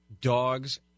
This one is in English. dogs